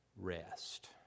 rest